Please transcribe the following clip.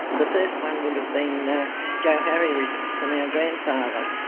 the first one would have been you know jo harry richardson our grandfather,